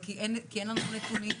כי אין לנו נתונים,